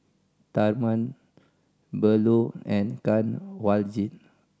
Tharman Bellur and Kanwaljit